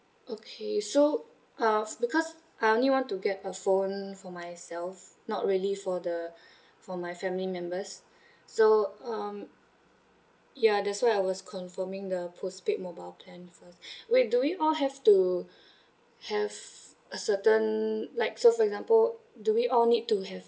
okay so uh because I only want to get a phone for myself not really for the for my family members so um ya that's why I was confirming the postpaid mobile plan first wait do we all have to have a certain like so for example do we all need to have